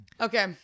Okay